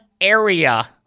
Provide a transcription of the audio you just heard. area